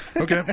Okay